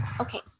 Okay